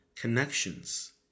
connections